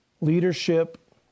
Leadership